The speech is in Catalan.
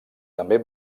també